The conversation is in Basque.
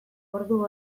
ordu